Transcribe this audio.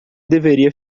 deveria